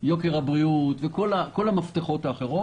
יוקר הבריאות וכל המפתחות האחרים